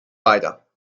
weiter